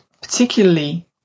particularly